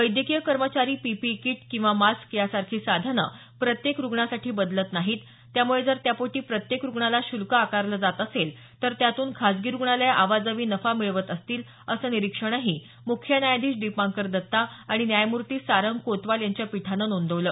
वैद्यकीय कर्मचारी PPE kit किंवा मास्क यासारखी साधनं प्रत्येक रुग्णासाठी बदलत नाहीत त्यामुळे जर त्यापोटी प्रत्येक रुग्णाला शुल्क आकारलं जात असेल तर त्यातून खाजगी रुग्णालयं अवाजवी नफा मिळवत असतील असं निरीक्षणही मुख्य न्यायाधीश दीपांकर दत्ता आणि न्यायमूर्ती सारंग कोतवाल यांच्या पीठानं नोंदवलं